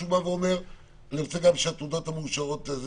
הוא בא אומר "אני רוצה גם את התעודות המאושרות יהיו",